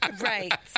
Right